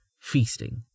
feasting